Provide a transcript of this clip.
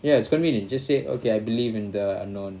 ya it's convenient ust say okay I believe in the unknown